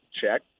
check